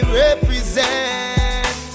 represent